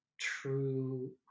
true